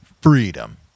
Freedom